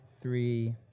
three